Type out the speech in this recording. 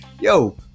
Yo